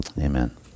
Amen